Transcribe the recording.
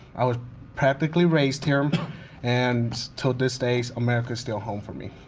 i was practically raised here um and to this day, america is still home for me.